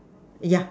yeah